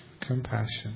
compassion